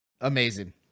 amazing